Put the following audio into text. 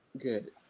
good